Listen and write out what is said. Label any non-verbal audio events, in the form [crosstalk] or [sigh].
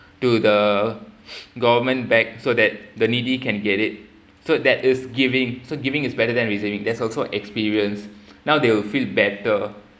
to the [breath] government back so that the needy can get it so that is giving so giving is better